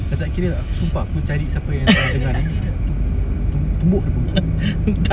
dia tak kira aku sumpah aku cari siapa yang tengah dengar ni aku tum~ tum~ tumbuk dia di muka